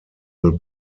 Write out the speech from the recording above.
will